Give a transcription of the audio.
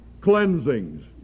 cleansings